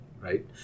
right